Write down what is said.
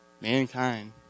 mankind